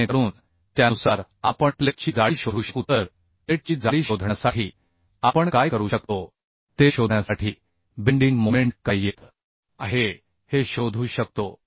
जेणेकरून त्यानुसार आपण प्लेटची जाडी शोधू शकू तर प्लेटची जाडी शोधण्यासाठी आपण काय करू शकतो ते शोधण्यासाठी बेंडिंग मोमेंट काय येत आहे हे शोधू शकतो